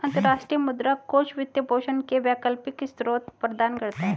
अंतर्राष्ट्रीय मुद्रा कोष वित्त पोषण के वैकल्पिक स्रोत प्रदान करता है